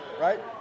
Right